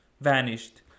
vanished